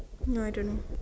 no I don't know